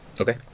okay